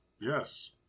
Yes